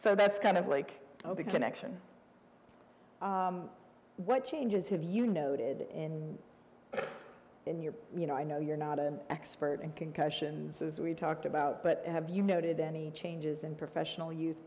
so that's kind of like ok connection what changes have you noted in in your you know i know you're not an expert in concussions as we talked about but have you noted any changes in professional youth